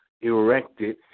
erected